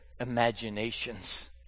imaginations